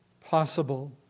possible